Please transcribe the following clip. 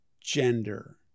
gender